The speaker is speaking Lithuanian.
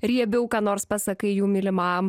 riebiau ką nors pasakai jų mylimam